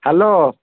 hello